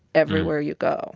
everywhere you go